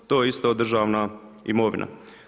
To je isto državna imovina.